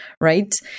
right